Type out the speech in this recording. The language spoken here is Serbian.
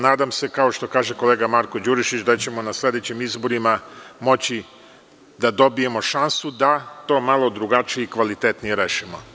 Nadam se, kao što kaže kolega Marko Đurišić, da ćemo na sledećim izborima moći da dobijemo šansu da to malo drugačije i kvalitetnije rešimo.